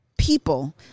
People